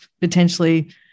potentially